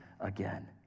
again